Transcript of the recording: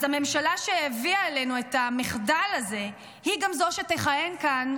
אז הממשלה שהביאה עלינו את המחדל הזה היא גם זו שתכהן כאן